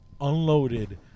unloaded